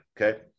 okay